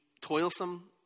toilsome